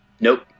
Nope